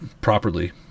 properly